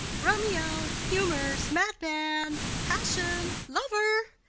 romeo! humours! madman! passion! lover!